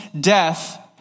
death